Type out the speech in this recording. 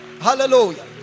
Hallelujah